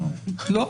לא.